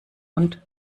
und